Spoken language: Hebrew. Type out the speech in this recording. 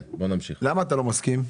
למה אתה לא מסכים?